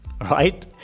right